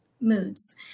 moods